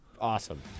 awesome